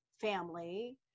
family